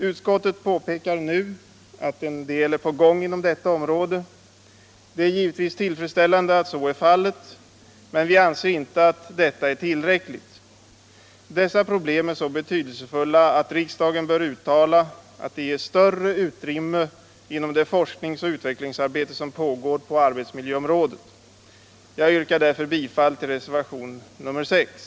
Utskottet påpekar nu att en del är på gång inom detta område. Det är givetvis tillfredsställande att så är fallet, men vi anser inte att detta är tillräckligt. Dessa problem är så betydelsefulla att riksdagen bör uttala att de ges större utrymme inom det forsknings och utvecklingsarbete som pågår på arbetsmiljöområdet. Jag yrkar därför bifall till reservationen 6.